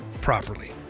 properly